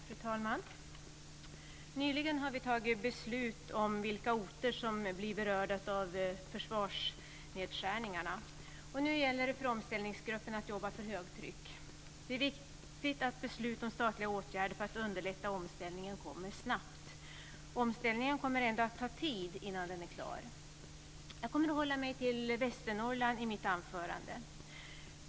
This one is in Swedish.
Fru talman! Nyligen har vi fattat beslut om vilka orter som blir berörda av försvarsnedskärningarna. Nu gäller det för omställningsgruppen att jobba för högtryck. Det är viktigt att beslut om statliga åtgärder för att underlätta omställningen kommer snabbt. Omställningen kommer ändå att ta tid innan den är klar. Jag kommer att hålla mig till Västernorrland i mitt anförande.